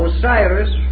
Osiris